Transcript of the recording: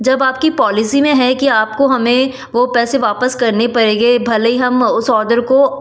जब आपकी पौलिसी में है कि आपको हमे वो पैसे वापस करने पड़ेंगे भले ही हम उस ऑर्डर को